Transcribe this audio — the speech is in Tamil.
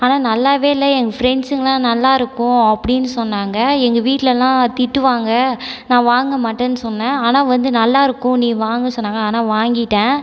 ஆனால் நல்லாவே இல்லை எங்கள் ஃப்ரெண்ஸுங்கலாம் நல்லாயிருக்கும் அப்படின்னு சொன்னாங்க எங்கள் வீட்லெலாம் திட்டுவாங்க நான் வாங்க மாட்டேன்னு சொன்னேன் ஆனால் வந்து நல்லாயிருக்கும் நீ வாங்கு சொன்னாங்க ஆனால் வாங்கிட்டேன்